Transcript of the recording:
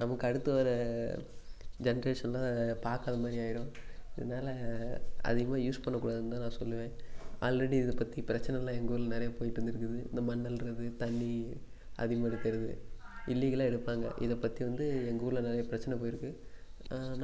நமக்கு அடுத்து வர ஜென்ரேஷனில் பார்க்காத மாதிரி ஆயிடும் அதனால அதிகமாக யூஸ் பண்ணக்கூடாதுனு தான் நான் சொல்லுவேன் ஆல்ரெடி இதை பற்றி பிரச்சனை எல்லாம் எங்கள் ஊரில் நிறையா போயிட்டு இருந்துருக்குது இந்த மண் அள்ளுறது தண்ணி அதிகமாக எடுக்கிறது இல்லீகலாக எடுப்பாங்க இதை பற்றி வந்து எங்கள் ஊரில் நிறையா பிரச்சனை போயிருக்குது